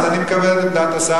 אז אני מקבל את דעת השר,